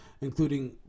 including